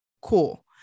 cool